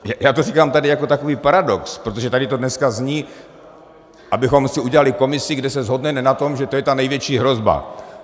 Já to říkám tady jako takový paradox, protože tady to dneska zní, abychom si udělali komisi, kde se shodneme na tom, že to je ta největší hrozba.